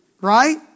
Right